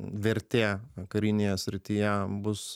vertė karinėje srityje bus